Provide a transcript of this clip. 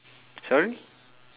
sorry